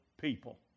people